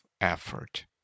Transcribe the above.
effort